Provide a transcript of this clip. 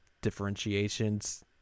differentiations